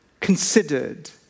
considered